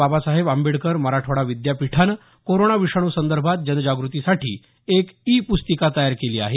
बाबासाहेब आंबेडकर मराठवाडा विद्यापीठानं कोरोना विषाणूसंदर्भात जनजागृतीसाठी एक ई पुस्तिका तयार केली आहे